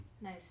Nice